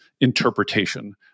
interpretation